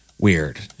Weird